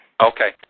Okay